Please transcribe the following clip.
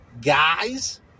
guys